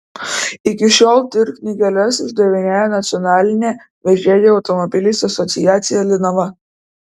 iki šiol tir knygeles išdavinėja nacionalinė vežėjų automobiliais asociacija linava